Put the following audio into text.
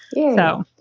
you know,